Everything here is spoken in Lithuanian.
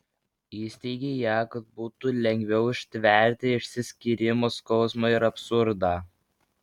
įsiteigei ją kad būtų lengviau ištverti išsiskyrimo skausmą ir absurdą